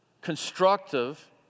constructive